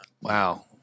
Wow